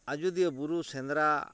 ᱟᱡᱚᱫᱤᱭᱟᱹ ᱵᱩᱨᱩ ᱥᱮᱸᱫᱽᱨᱟ